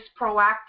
proactive